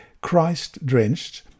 Christ-drenched